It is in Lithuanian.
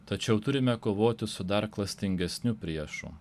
tačiau turime kovoti su dar klastingesniu priešu